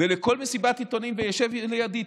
ולכל מסיבת עיתונאים וישב לידי.